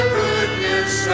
goodness